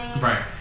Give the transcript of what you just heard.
Right